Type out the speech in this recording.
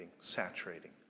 saturating